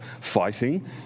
fighting